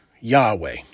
Yahweh